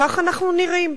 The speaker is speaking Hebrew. כך אנחנו נראים.